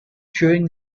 during